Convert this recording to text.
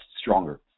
stronger